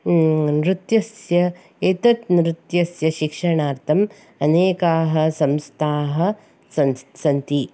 नृत्यस्य एतत् नृत्यस्य शिक्षणार्थम् अनेकाः संस्थाः सन् सन्ति